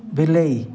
ବିଲେଇ